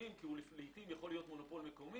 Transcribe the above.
מחירים כי הוא לעיתים יוכל להיות מונופול מקומי.